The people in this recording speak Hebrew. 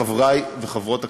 חברי וחברות הכנסת,